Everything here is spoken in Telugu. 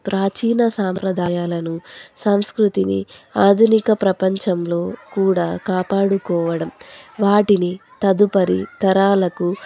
ప్రాచీన సాంప్రదాయాలను సంస్కృతిని ఆధునిక ప్రపంచంలో కూడా కాపాడుకోవడం వాటిని తదుపరి తరాలకు